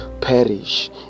perish